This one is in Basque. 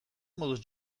moduz